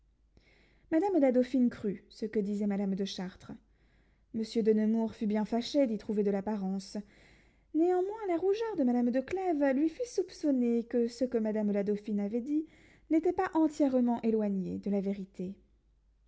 madame la dauphine crut ce que disait madame de chartres monsieur de nemours fut bien fâché d'y trouver de l'apparence néanmoins la rougeur de madame de clèves lui fit soupçonner que ce que madame la dauphine avait dit n'était pas entièrement éloigné de la vérité